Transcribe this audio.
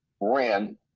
ran